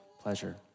pleasure